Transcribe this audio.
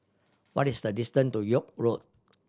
what is the distance to York Road